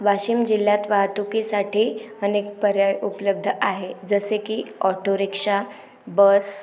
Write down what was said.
वाशिम जिल्ह्यात वाहतुकीसाठी अनेक पर्याय उपलब्ध आहे जसे की ऑटो रिक्षा बस